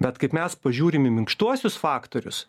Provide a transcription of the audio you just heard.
bet kaip mes pažiūrim į minkštuosius faktorius